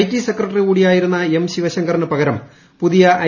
T secretary കൂടിയായ്ക്കിട്ടുന്ന ് M ശിവശങ്കറിന് പകരം പുതിയ ഐ